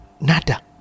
Nada